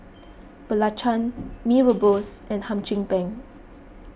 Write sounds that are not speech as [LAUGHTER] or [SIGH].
[NOISE] Belacan Mee Rebus and Hum Chim Peng